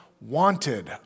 wanted